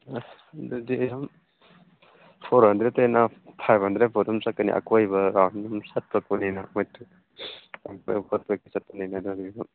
ꯑꯁ ꯑꯗꯨꯗꯤ ꯌꯥꯝ ꯐꯣꯔ ꯍꯟꯗ꯭ꯔꯦꯠꯇꯩꯅ ꯐꯥꯏꯚ ꯍꯟꯗ꯭ꯔꯦꯠ ꯐꯥꯎ ꯆꯠꯀꯅꯤ ꯑꯀꯣꯏꯕ ꯔꯥꯎꯟꯗꯨꯝ ꯆꯠꯂꯛꯄꯅꯤꯅ ꯆꯠꯄꯅꯤꯅ ꯑꯗꯨꯒꯤ ꯑꯗꯨꯝ